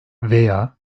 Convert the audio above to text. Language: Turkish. veya